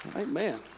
Amen